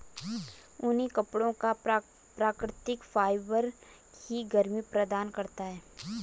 ऊनी कपड़ों का प्राकृतिक फाइबर ही गर्मी प्रदान करता है